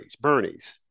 Bernie's